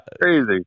crazy